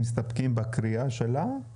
אפשר להסתפק בהקראה שהייתה בהתחלה?